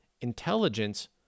Intelligence